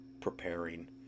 preparing